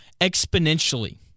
exponentially